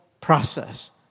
process